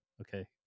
okay